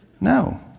No